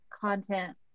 content